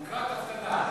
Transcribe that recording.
מוכת אבטלה.